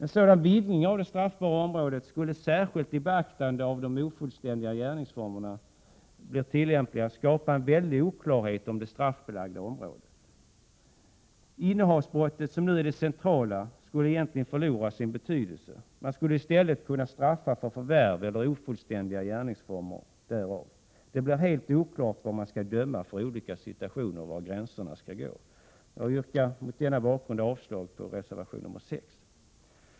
En sådan vidgning av det straffbara området skulle, särskilt i beaktande av att de ofullständiga gärningsformerna blev tillämpliga, skapa en väldig oklarhet om det straffbelagda området. Innehavsbrottet, som nu är det centrala, skulle egentligen förlora sin betydelse. Man skulle i stället straffbelägga förvärv eller ofullständiga gärningsformer därav. Det blir helt oklart hur man skall döma i olika situationer och var gränserna skall gå. Jag yrkar mot denna bakgrund avslag på reservation nr 6.